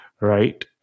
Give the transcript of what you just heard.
right